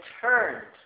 turned